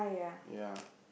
ya